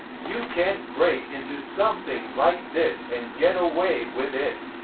you can't break into something like this and get away with it.